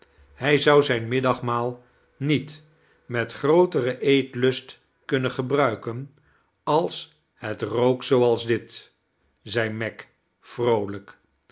hij zou zijn middagmaal niet met grooteren eetlust kunnen gebruiken als het rook zooals dit zei meg vroolijk